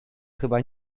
chyba